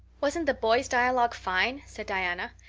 wasn't the boys' dialogue fine? said diana.